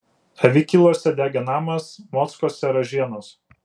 avikiluose degė namas mockuose ražienos